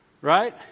right